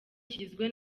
kigizwe